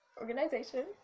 organization